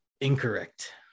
incorrect